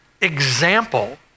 example